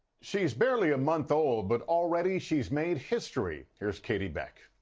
she's barely a month old but already she's made history here's catie beck.